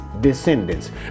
descendants